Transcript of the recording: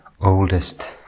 oldest